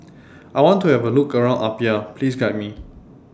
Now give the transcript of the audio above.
I want to Have A Look around Apia Please Guide Me